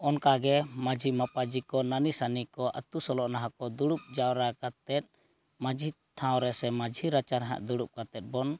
ᱚᱱᱠᱟᱜᱮ ᱢᱟᱺᱡᱷᱤ ᱢᱟᱯᱟᱡᱤ ᱠᱚ ᱱᱟᱹᱱᱤ ᱥᱟᱹᱱᱤᱠᱚ ᱟᱛᱩ ᱥᱳᱞᱳᱟᱱᱟ ᱦᱟᱸᱜ ᱠᱚ ᱫᱩᱲᱩᱵ ᱡᱟᱣᱨᱟ ᱠᱟᱛᱮᱫ ᱢᱟᱡᱷᱤ ᱴᱷᱟᱶ ᱨᱮ ᱥᱮ ᱢᱟᱺᱡᱷᱤ ᱨᱟᱪᱟᱨᱮ ᱦᱟᱸᱜ ᱫᱩᱲᱩᱵ ᱠᱟᱛᱮᱫ ᱵᱚᱱ